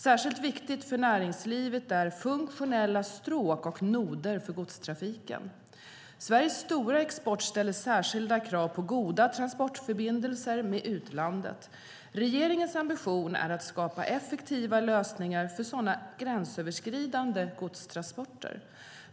Särskilt viktigt för näringslivet är funktionella stråk och noder för godstrafiken. Sveriges stora export ställer särskilda krav på goda transportförbindelser med utlandet. Regeringens ambition är att skapa effektiva lösningar för sådana gränsöverskridande godstransporter.